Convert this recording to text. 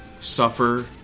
suffer